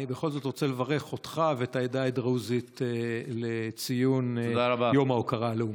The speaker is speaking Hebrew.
אני בכל זאת רוצה לברך אותך ואת העדה הדרוזית לציון יום ההוקרה הלאומי.